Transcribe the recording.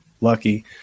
lucky